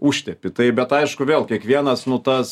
užtepi tai bet aišku vėl kiekvienas nu tas